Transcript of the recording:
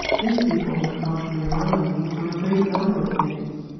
these people have come to rely on me for a great number of things.